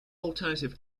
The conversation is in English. alternative